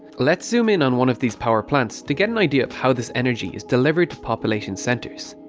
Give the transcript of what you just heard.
let's zoom in on one of these power plants to get an idea of how this energy is delivered to population centres.